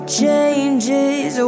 changes